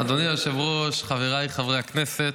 אדוני היושב-ראש, חבריי חברי הכנסת,